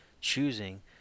choosing